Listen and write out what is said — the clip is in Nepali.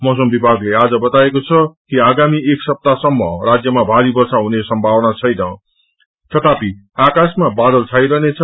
मौसम विभागले आज बताएको छ कि आगामी एक सप्ताहसम् राज्यमा भारी वर्षा हुने सम्भावना छैन तथापि आकाशमा बादल छाइरहेनेछ